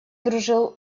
дружил